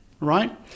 right